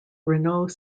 renault